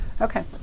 Okay